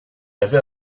avait